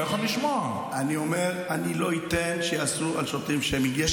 אני אומר, אני לא אתן שיעשו על שוטרים שיימינג.